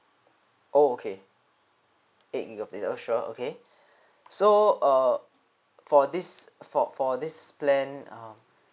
oh okay eight gigabyte oh sure okay so err for this for for this plan um